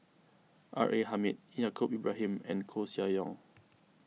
R A Hamid Yaacob Ibrahim and Koeh Sia Yong